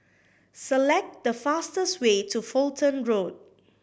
select the fastest way to Fulton Road